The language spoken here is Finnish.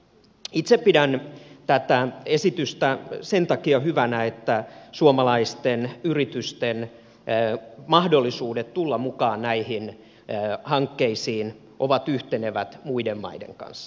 itse pidän tätä esitystä sen takia hyvänä että suomalaisten yritysten mahdollisuudet tulla mukaan näihin hankkeisiin ovat yhtenevät muiden maiden kanssa